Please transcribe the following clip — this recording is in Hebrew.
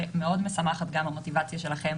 ומאוד משמחת גם המוטיבציה שלכם